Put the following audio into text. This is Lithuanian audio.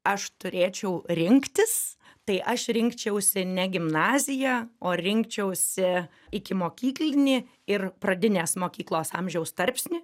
aš turėčiau rinktis tai aš rinkčiausi ne gimnaziją o rinkčiausi ikimokyklinį ir pradinės mokyklos amžiaus tarpsnį